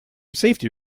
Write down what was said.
safety